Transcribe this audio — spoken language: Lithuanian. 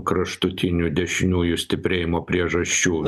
kraštutinių dešiniųjų stiprėjimo priežasčių